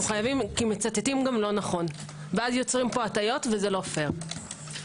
מצטטים לא נכון ואז יוצרים הטעיות וזה לא פייר.